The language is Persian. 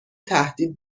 تهدید